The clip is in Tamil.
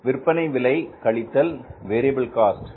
விற்பனை விலை கழித்தல் வேரியபில் காஸ்ட்